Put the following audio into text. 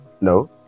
No